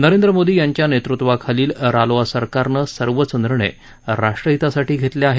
नरेंद्र मोदी यांच्या नेतृत्वाखालील रालोआ सरकारनं सर्वच निर्णय राष्ट्रहितासाठी घेतले आहेत